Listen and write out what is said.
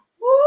Woo